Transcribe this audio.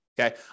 Okay